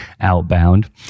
outbound